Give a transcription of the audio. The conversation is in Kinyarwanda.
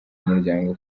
umuryango